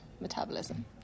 metabolism